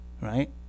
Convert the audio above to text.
right